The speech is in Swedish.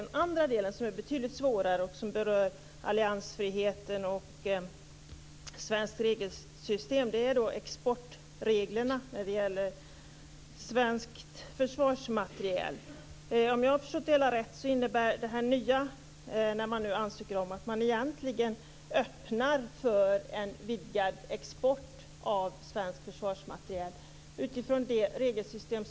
Den andra delen, som är betydligt svårare och berör alliansfriheten och det svenska regelsystemet, handlar om exportreglerna för svensk försvarsmateriel. Om jag har förstått saken rätt innebär det nya som man nu ansöker om att man egentligen öppnar för en vidgad export av svensk försvarsmateriel, jämfört med vårt tidigare regelsystem.